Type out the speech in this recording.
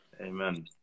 Amen